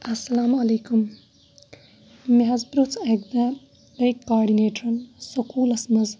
اَسَلامُ علیکُم مےٚ حظ پرُژھ اَکہِ دۄہ أکۍ کاڈِنیٹرَن سکوٗلَس منٛز